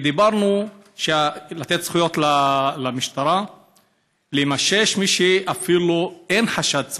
ודיברנו על לתת זכויות למשטרה למשש מישהו אפילו כשאין חשד סביר.